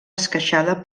esqueixada